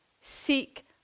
seek